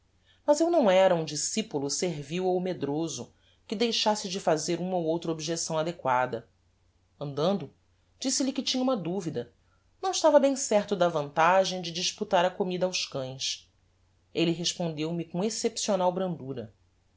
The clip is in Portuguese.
mas eu não era um discipulo servil ou medroso que deixasse de fazer uma ou outra objecção adequada andando disse-lhe que tinha uma duvida não estava bem certo da vantagem de disputar a comida aos cães elle respondeu-me com excepcional brandura